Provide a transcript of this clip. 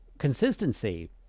consistency